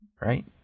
right